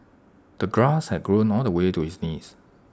the grass had grown all the way to his knees